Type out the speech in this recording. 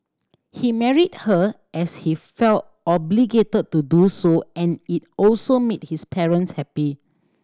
he married her as he felt obligated to do so and it also made his parents happy